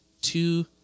two